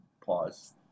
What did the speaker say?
pause